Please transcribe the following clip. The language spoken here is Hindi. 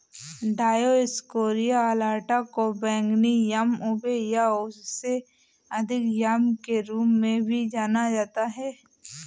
डायोस्कोरिया अलाटा को बैंगनी याम उबे या उससे अधिक याम के रूप में भी जाना जाता है